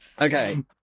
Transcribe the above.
Okay